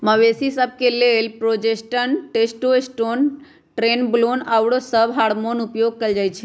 मवेशिय सभ के लेल प्रोजेस्टेरोन, टेस्टोस्टेरोन, ट्रेनबोलोन आउरो सभ हार्मोन उपयोग कयल जाइ छइ